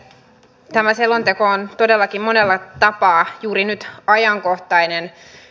tämä selonteko on todellakin monella tapaa juuri nyt ajankohtainen